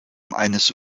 eines